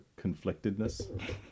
conflictedness